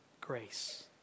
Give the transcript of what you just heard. grace